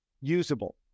usable